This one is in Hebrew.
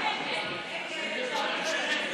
של קבוצת סיעת יש